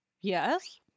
Yes